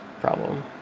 problem